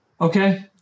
Okay